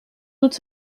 toute